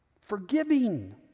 Forgiving